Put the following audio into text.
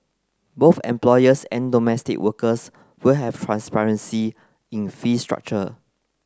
both employers and domestic workers will have transparency in fee structure